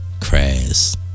Crass